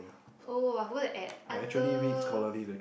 oh I would add I love